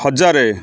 ହଜାର